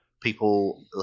People